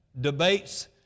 debates